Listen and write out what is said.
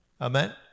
Amen